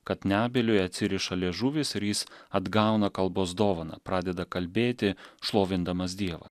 kad nebyliui atsiriša liežuvis ir jis atgauna kalbos dovaną pradeda kalbėti šlovindamas dievą